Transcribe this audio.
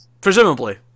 Presumably